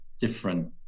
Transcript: different